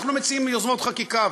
אנחנו מציעים יוזמות חקיקה,